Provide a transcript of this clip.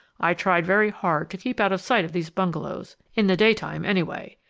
i tried very hard to keep out of sight of these bungalows, in the daytime, anyway.